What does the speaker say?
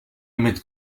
límit